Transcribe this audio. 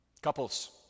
Couples